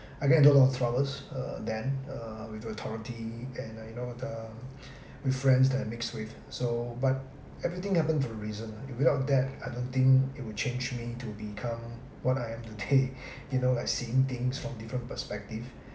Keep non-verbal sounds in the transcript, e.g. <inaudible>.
I get a lot of troubles uh then uh with authority and I know the with friends that I mix with so but everything happen for a reason ah if without that I don't think it will change me to become what I am today <laughs> you know like seeing things from different perspective